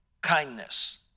kindness